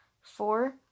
four